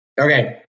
Okay